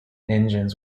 engines